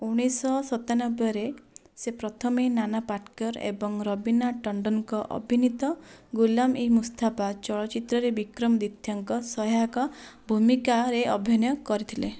ଉଣେଇଶହ ସତାନବେରେ ସେ ପ୍ରଥମେ ନାନା ପାଟେକର ଏବଂ ରବିନା ଟଣ୍ଡନଙ୍କ ଅଭିନୀତ ଗୁଲାମ ଇ ମୁସ୍ତାଫା ଚଳଚ୍ଚିତ୍ରରେ ବିକ୍ରମଦିଥ୍ୟାଙ୍କ ସହାୟକ ଭୂମିକାରେ ଅଭିନୟ କରିଥିଲେ